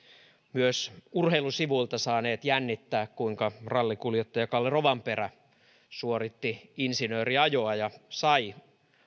myös urheilusivuilta saaneet jännittää kuinka rallikuljettaja kalle rovanperä suoritti insinööriajon ja ja sai